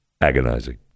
Agonizing